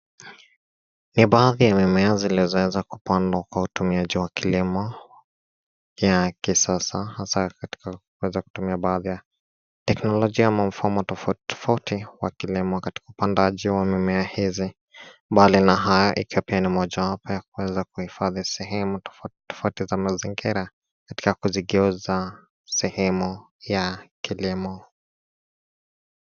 Ni baadhi ya mimeo zilizoweza kupandwa kwa utumiaji wa kilimo ya kisasa, hasa katika kuweza kutumia baadhi ya teknologia ya mofimu tofauti tofauti wa kilimo katika upandaji wa mimea hizi, bali na hayo ikiwa ni moja ya kuweza kuhifadhi sehemu tofauti tofauti za mazingira katikazo ikiwa sehemu ya kilimo.